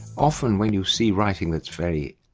often when you see writing that's very